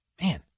Man